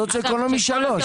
עם סוציו-אקונומי 3. מיכאל,